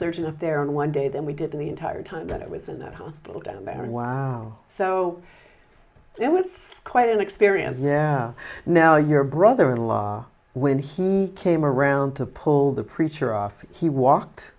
neurosurgeon of there on one day than we did in the entire time that i was in that hospital down there wow so it was quite an experience yeah now your brother in law when he came around to pull the preacher off he walk